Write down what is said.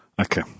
Okay